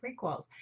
prequels